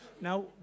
Now